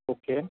okay